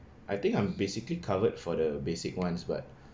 I think I'm basically covered for the basic ones but